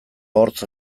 hortz